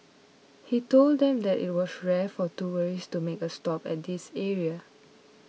he told them that it was rare for tourists to make a stop at this area